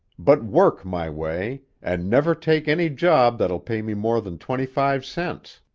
but work my way, and never take any job that'll pay me more than twenty-five cents.